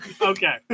Okay